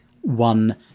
one